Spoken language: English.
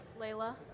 Layla